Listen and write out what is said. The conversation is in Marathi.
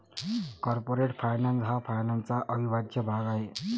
कॉर्पोरेट फायनान्स हा फायनान्सचा अविभाज्य भाग आहे